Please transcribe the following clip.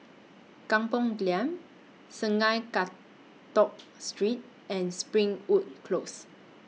Kampung Glam Sungei Kadut Street and Springwood Close